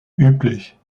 üblich